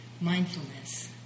mindfulness